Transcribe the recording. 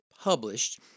published